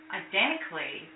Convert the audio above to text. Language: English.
identically